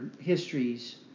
histories